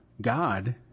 God